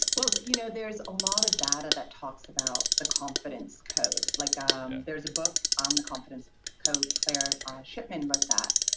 well you know there's a lot of data that talks about the confidence code. like um there's a book on the confidence code claire shipman wrote but that,